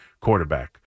quarterback